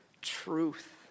truth